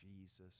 Jesus